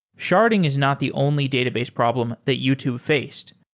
sharding is not the only database problem that youtube faced.